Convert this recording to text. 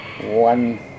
one